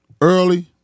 early